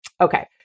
Okay